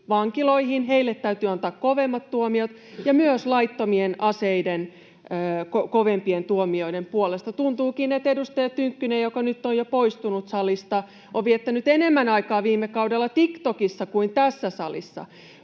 Anteeksi, ettei huomattu!] ja olemme myös laittomien aseiden kovempien tuomioiden puolesta. Tuntuukin, että edustaja Tynkkynen, joka nyt on jo poistunut salista, on viettänyt enemmän aikaa viime kaudella TikTokissa kuin tässä salissa.